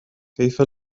كيف